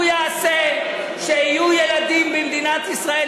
הוא יעשה שיהיו ילדים במדינת ישראל,